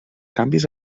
canvis